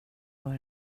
var